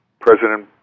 President